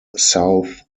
south